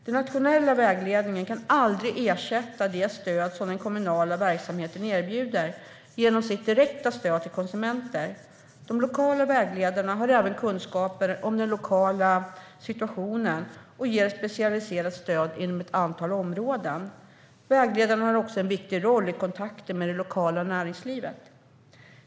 Den nationella vägledningen kan aldrig ersätta det stöd som den kommunala verksamheten erbjuder genom sitt direkta stöd till konsumenter. De lokala vägledarna har även kunskaper om den lokala situationen och ger specialiserat stöd inom ett antal områden. Vägledarna har också en viktig roll i kontakten med det lokala näringslivet.